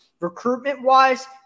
Recruitment-wise